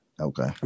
Okay